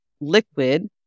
liquid